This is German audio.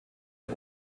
der